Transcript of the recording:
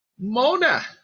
Mona